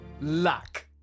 Luck